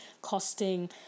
costing